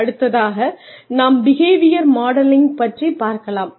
அடுத்ததாக நாம் behaviour modelling பற்றி பார்க்கலாம்